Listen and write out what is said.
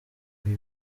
uyu